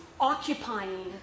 occupying